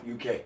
UK